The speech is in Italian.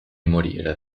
morire